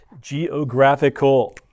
Geographical